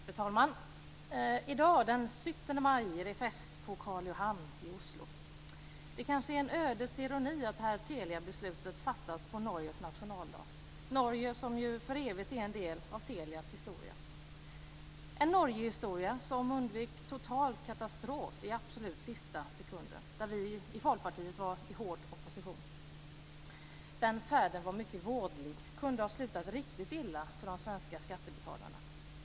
Fru talman! I dag den 17 maj är det fest på Karl Johann i Oslo. Det kanske är en ödets ironi att det här beslutet fattas på Norges nationaldag. Norge är ju för evigt en del av Telias historia. Det var en Norgehistoria där man undvek total katastrof i absolut sista sekunden. Vi i Folkpartiet befann oss i stark opposition. Den färden var mycket vådlig och kunde ha slutat riktigt illa för de svenska skattebetalarna.